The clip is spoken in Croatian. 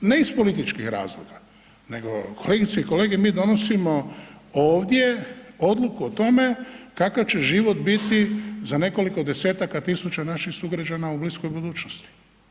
Ne iz političkih razloga, nego, kolegice i kolege mi donosimo ovdje odluku o tome kakav će život biti za nekoliko desetaka tisuća naših sugrađana u bliskoj budućnosti.